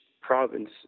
province